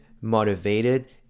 motivated